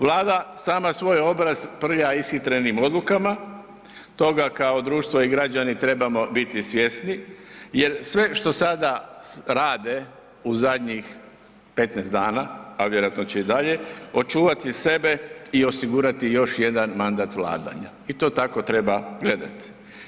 Vlada sama svoj obraz prlja ishitrenim odlukama, toga kao društvo i građani trebamo biti svjesni jer sve što sada rade u zadnjih 15 dana a vjerojatno će i dalje, očuvati sebe i osigurati još jedan mandat vladanja i to tako treba gledat.